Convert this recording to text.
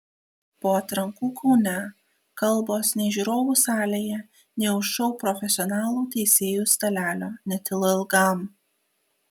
po atrankų kaune kalbos nei žiūrovų salėje nei už šou profesionalų teisėjų stalelio netilo ilgam